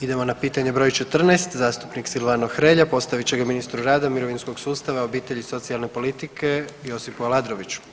Idemo na pitanje broj 14. zastupnik Silvano Hrelja postavit će ga ministru rada, mirovinskog sustava, obitelji i socijalne politike Josipu Aladroviću.